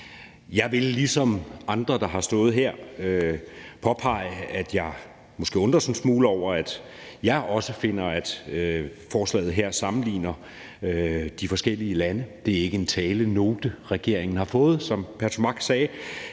Jeg vil ligesom andre, der har stået her, påpege, at jeg måske undres en smule, for jeg finder også, at forslaget her sammenligner de forskellige lande. Det er ikke en talenote, regeringen har fået, som fru Trine